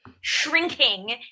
shrinking